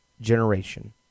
generation